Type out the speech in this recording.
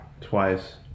Twice